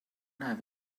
have